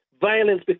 violence